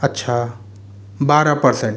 अच्छा बारह पर्सेंट